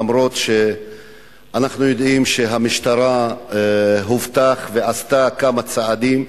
אף-על-פי שאנחנו יודעים שהמשטרה אבטחה ועשתה כמה צעדים,